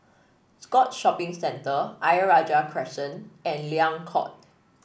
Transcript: Scotts Shopping Centre Ayer Rajah Crescent and Liang Court